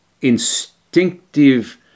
instinctive